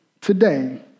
Today